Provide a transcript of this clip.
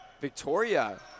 Victoria